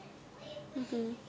(uh huh)